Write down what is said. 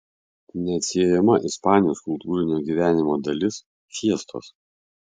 neatsiejama ispanijos kultūrinio gyvenimo dalis fiestos